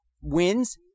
wins